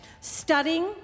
studying